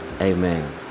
Amen